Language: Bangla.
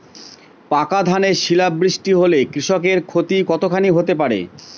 পাকা ধানে শিলা বৃষ্টি হলে কৃষকের ক্ষতি কতখানি হতে পারে?